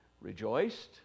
rejoiced